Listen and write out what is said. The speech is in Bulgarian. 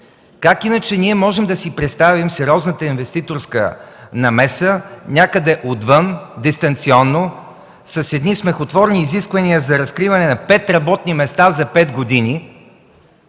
Как иначе можем да си представим сериозната инвеститорска намеса някъде отвън, дистанционно, с едни смехотворни изисквания за разкриване на пет работни места за пет години?